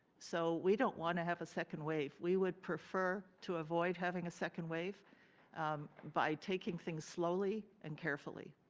so we don't want to have a second wave. we would prefer to avoid having a second wave by taking things slowly and carefully.